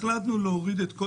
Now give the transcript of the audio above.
החלטנו להוריד את כל